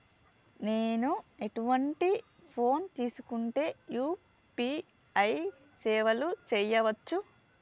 నేను ఎటువంటి ఫోన్ తీసుకుంటే యూ.పీ.ఐ సేవలు చేయవచ్చు?